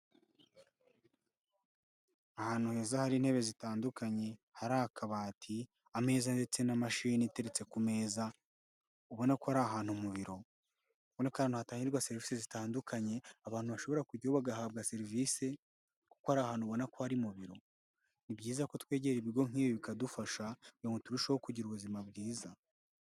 Ahantu heza hari intebe zitandukanye, hari akabati, ameza ndetse na mashini iteretse ku meza, ubona ko ari ahantu mu biro, ubona ko ari ahantu hatangirwa serivisi zitandukanye, abantu bashobora kujyayo bagahabwa serivisi kuko ari ahantu ubona ko ari mu biro. Ni byiza ko twegera ibigo nk'ibi bikadufasha kugira ngo turusheho kugira ubuzima bwiza.